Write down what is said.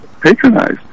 patronize